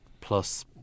plus